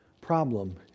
problem